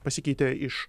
pasikeitė iš